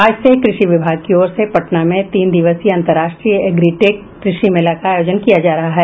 आज से कृषि विभाग की ओर से पटना में तीन दिवसीय अंतर्राष्ट्रीय एग्रीटेक कृषि मेला का आयोजन किया जा रहा है